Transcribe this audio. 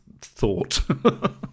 thought